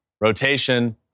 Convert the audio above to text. Rotation